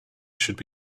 should